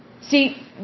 See